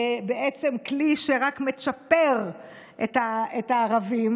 לכלי שבעצם רק מצ'פר את הערבים,